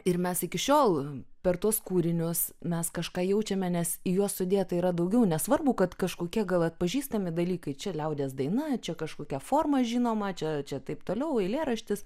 ir mes iki šiol per tuos kūrinius mes kažką jaučiame nes į juos sudėta yra daugiau nesvarbu kad kažkokie gal atpažįstami dalykai čia liaudies daina čia kažkokia forma žinoma čia čia taip toliau eilėraštis